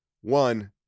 One